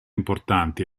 importanti